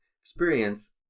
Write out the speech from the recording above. experience